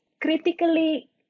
critically